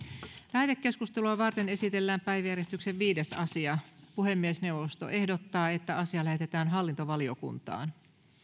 lähetekeskustelua varten esitellään päiväjärjestyksen viides asia puhemiesneuvosto ehdottaa että asia lähetetään hallintovaliokuntaan